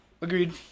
agreed